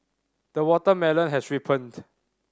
the watermelon has ripened